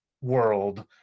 world